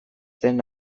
den